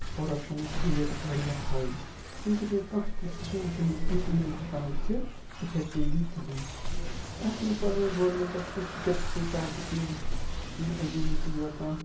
کوٚرَپشَنٕچ rate واریاہ ہاے ییٚمہِ کہِ سۭتۍ کانٛہہ تہِ سِکیٖم چھیٚنہٕ ییٚتہِ اِمپِلمنٛٹ ہیٚکان گٔژھِتھ اِفیکٹِولی کِہیٖنۍ اَتھ منٛز پَزَن گورمِنٹَس کینٛہہ سِٹیٚپٕس نِنی تاکہِ تِم وچھ کینٛہہ ایجَنسی یا کانٛہہ